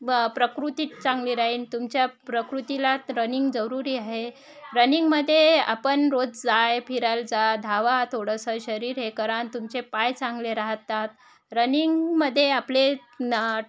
ब प्रकृती चांगली राहील तुमच्या प्रकृतीला रनिंग जरुरी आहे रनिंगमध्ये आपण रोज जाय फिरायला जा धावा थोडंसं शरीर हे करान तुमचे पाय चांगले राहतात रनिंगमध्ये आपले न